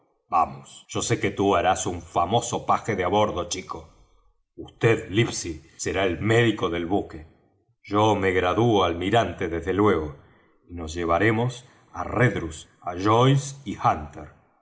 vamos yo sé que tú harás un famoso paje de á bordo chico vd livesey será el médico del buque yo me gradúo almirante desde luego nos llevaremos á redruce joyce y hunter